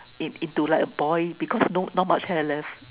in into like a boy because no~ not much hair left